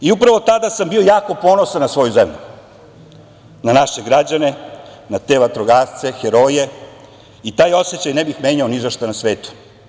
Upravo tada sam bio jako ponosan na svoju zemlju, na naše građane, na te vatrogasce heroje i taj osećaj ne bih menjao ni za šta na svetu.